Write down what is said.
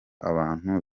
abantu